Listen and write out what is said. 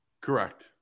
Correct